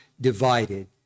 divided